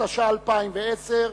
התש"ע 2010,